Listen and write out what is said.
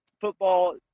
football